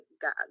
God